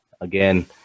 Again